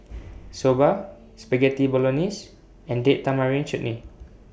Soba Spaghetti Bolognese and Date Tamarind Chutney